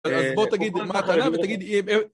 אז בוא תגיד מה הטענה ותגיד אם...